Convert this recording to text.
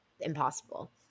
Impossible